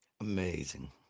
Amazing